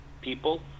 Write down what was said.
people